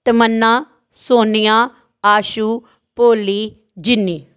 ਤਮੰਨਾ ਸੋਨੀਆ ਆਸ਼ੂ ਭੋਲੀ ਜਿੰਨੀ